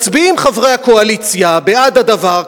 מצביעים חברי הקואליציה בעד הדבר,